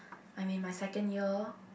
I'm in my second year